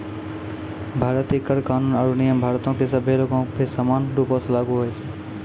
भारतीय कर कानून आरु नियम भारतो के सभ्भे लोगो पे समान रूपो से लागू होय छै